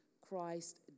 Christ